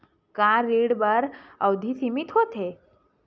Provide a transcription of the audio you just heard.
का ऋण बर अवधि सीमित होथे?